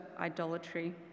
idolatry